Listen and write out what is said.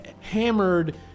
hammered